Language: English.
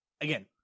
Again